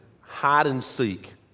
hide-and-seek